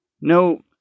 no